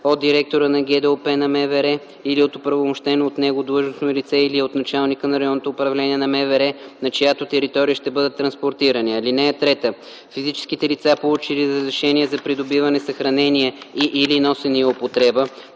от директора на ГДОП на МВР или от оправомощено от него длъжностно лице, или от началника на РУ на МВР, на чиято територия ще бъдат транспортирани. (3) Физическите лица, получили разрешение за придобиване, съхранение и/или носене и употреба,